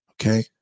okay